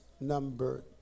number